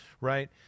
right